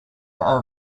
over